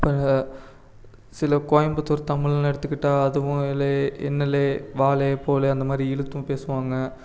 பிற சில கோயம்புத்தூர் தமிழ்னு எடுத்துக்கிட்டால் அதுவும் எலே என்னலே வாலே போலே அந்த மாதிரி இழுத்தும் பேசுவாங்க